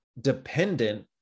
dependent